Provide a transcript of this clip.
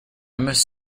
must